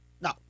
No